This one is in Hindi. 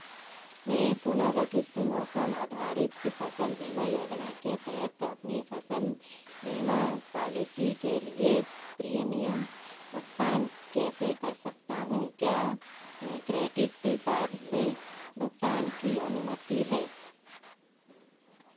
मैं पुनर्गठित मौसम आधारित फ़सल बीमा योजना के तहत अपनी फ़सल बीमा पॉलिसी के लिए प्रीमियम भुगतान कैसे कर सकता हूँ क्या क्रेडिट कार्ड से भुगतान की अनुमति है